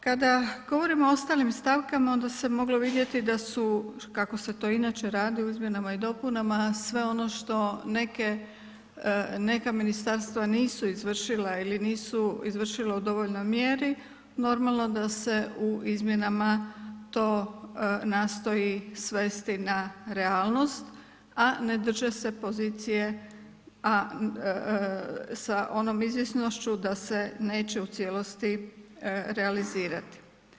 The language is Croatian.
Kada govorimo o ostalim stavkama onda se moglo vidjeti da su kako se to inače radi u izmjenama i dopunama sve ono što neka ministarstva nisu izvršila ili nisu izvršila u dovoljnoj mjeri normalno da se u izmjenama to nastoji svesti na realnost a ne drže se pozicije sa onom izvjesnošću da se neće u cijelosti realizirati.